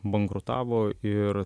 bankrutavo ir